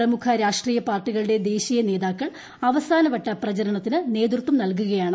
പ്രമുഖ രാഷ്ട്രീയ പാർട്ടികളുടെ ദേശീയ നേതാക്കൾ അവസാനവട്ട പ്രചരണത്തിന് ് നേതൃത്വം നൽകുകയാണ്